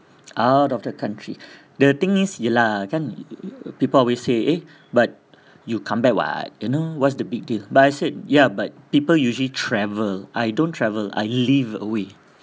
out of the country the thing is ye lah kan people always say eh but you come back what you know what's the big deal but I said ya but people usually travel I don't travel I live away